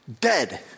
dead